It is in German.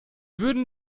würden